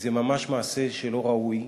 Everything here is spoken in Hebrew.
וזה ממש מעשה שלא ראוי.